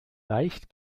leicht